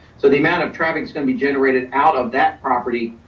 so the amount of traffic is gonna be generated out of that property,